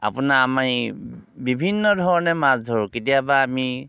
আপোনাৰ আমাৰ এই বিভিন্ন ধৰণে মাছ ধৰোঁ কেতিয়াবা আমি